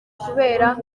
kubera